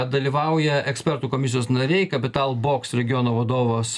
dalyvauja ekspertų komisijos nariai capital box regiono vadovas